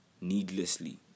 needlessly